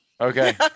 Okay